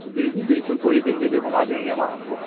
جی جی بالکل پوری دہلی بھی گھما دیں گے ہم آپ کو